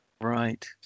Right